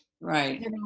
Right